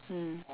mm